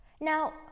now